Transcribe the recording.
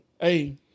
Hey